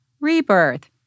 Rebirth